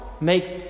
make